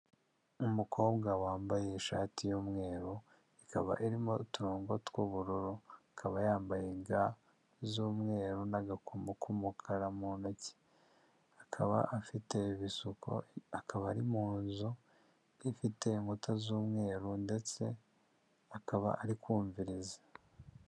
Umukobwa wambaye ishati y'umweru, ikaba irimo uturongo tw'ubururu, akaba yambaye ga z'umweru n'agakomo k'umukara mu ntoki. Akaba afite ibisuko, akaba ari mu nzu ifite inkuta z'umweru, ndetse akaba ari kumviriza.